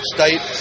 State